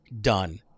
done